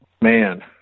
Man